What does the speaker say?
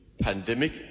pandemic